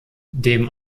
dem